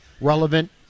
relevant